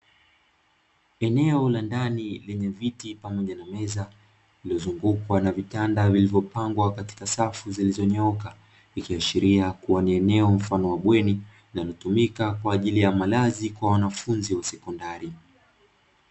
Eneo la ndani lenye viti pamoja na meza lililo zungukwa na vitanda vilivyopangwa katika safu zilizonyooka ikiwashiria kuwa ni eneo mfano wa bweni linalotumika kwa ajili ya malazi kwa wanafunzi wa sekondari.